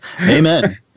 Amen